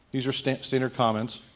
these are standard standard comments.